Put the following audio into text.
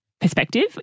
perspective